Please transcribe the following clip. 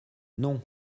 non